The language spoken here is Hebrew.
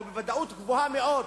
או בוודאות גבוהה מאוד,